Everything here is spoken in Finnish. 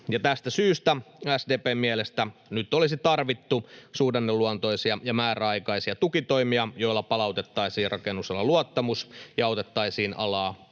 Tästä syystä SDP:n mielestä nyt olisi tarvittu suhdanneluontoisia ja määräaikaisia tukitoimia, joilla palautettaisiin rakennusalan luottamus ja autettaisiin alaa